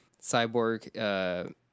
Cyborg